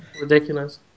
Ridiculous